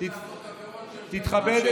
------ אנחנו יכולים לעשות עבירות --- תתכבד,